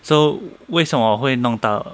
so 为什么会弄到